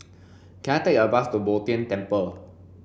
can I take a bus to Bo Tien Temple